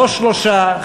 לא שלושה,